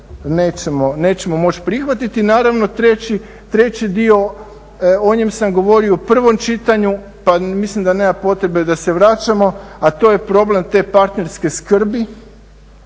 nećemo moći prihvatiti. Naravno treći dio, o njem sam govorio u prvom čitanju pa mislim da nema potrebe da se vraćamo, a to je problem te partnerske skrbi